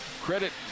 credit